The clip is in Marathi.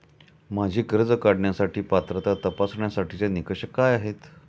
माझी कर्ज काढण्यासाठी पात्रता तपासण्यासाठीचे निकष काय आहेत?